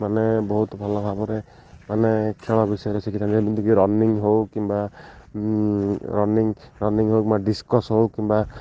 ମାନେ ବହୁତ ଭଲ ଭାବରେ ମାନେ ଖେଳ ବିଷୟରେ ଶିଖେଇଥାନ୍ତି ଯେମିତିକି ରନିଙ୍ଗ ହଉ କିମ୍ବା ରନିଙ୍ଗ ରନିଙ୍ଗ ହଉ କିମ୍ବା ଡିସ୍କସ୍ ହଉ କିମ୍ବା